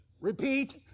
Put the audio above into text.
Repeat